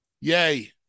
Yay